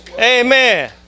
Amen